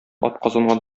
атказанган